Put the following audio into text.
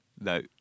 No